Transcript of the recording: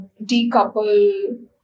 decouple